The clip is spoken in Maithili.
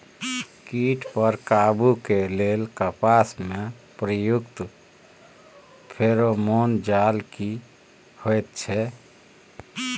कीट पर काबू के लेल कपास में प्रयुक्त फेरोमोन जाल की होयत छै?